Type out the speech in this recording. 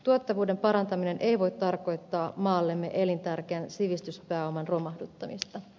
tuottavuuden parantaminen ei voi tarkoittaa maallemme elintärkeän sivistyspääoman romahduttamista